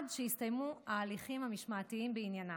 עד שיסתיימו ההליכים המשמעתיים בעניינם.